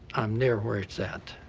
i'm near where it's at.